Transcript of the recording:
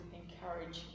encourage